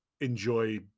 enjoy